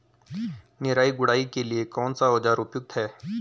निराई गुड़ाई के लिए कौन सा औज़ार उपयुक्त है?